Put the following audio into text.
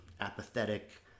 apathetic